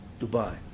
dubai